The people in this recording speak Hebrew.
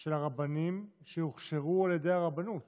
של הרבנים שהוכשרו על ידי הרבנות.